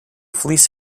fleece